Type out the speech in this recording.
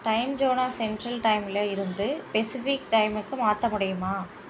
time ஜோனா central டைமில் இருந்து பெஸிஃபிக் டைமுக்கு மாற்ற முடியுமா